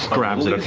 grabs it, okay,